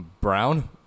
Brown